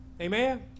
Amen